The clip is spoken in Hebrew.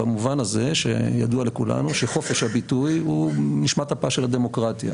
במובן זה שידוע לכולנו שחופש הביטוי הוא נשמת אפה של הדמוקרטיה.